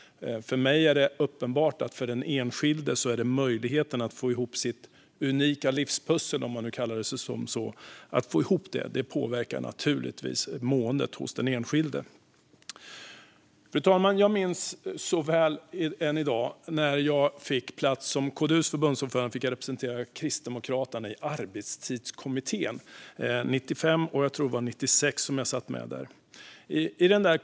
För mig är det uppenbart att för den enskilde är det möjligheten att få ihop sitt unika livspussel, om man nu kallar det så, som påverkar måendet. Fru talman! Jag minns så väl än i dag när jag som KDU:s förbundsordförande fick representera Kristdemokraterna i Arbetstidskommittén 1995 och 1996, som jag tror att det var som jag satt med där.